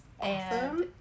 Awesome